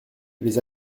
les